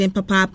Papa